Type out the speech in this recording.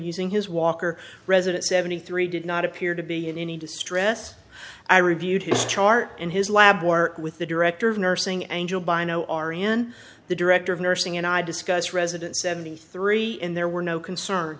using his walker resident seventy three did not appear to be in any distress i reviewed his chart in his lab or with the director of nursing and job i know are in the director of nursing and i discuss resident seventy three in there were no concern